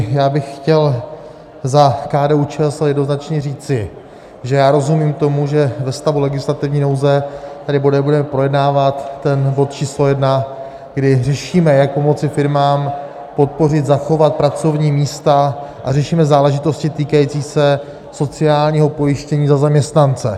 Já bych chtěl za KDUČSL jednoznačně říci, že já rozumím tomu, že ve stavu legislativní nouze tady nebudeme projednávat ten bod číslo 1, kdy řešíme, jak pomoci firmám, podpořit, zachovat pracovní místa, a řešíme záležitosti týkající se sociálního pojištění za zaměstnance.